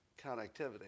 connectivity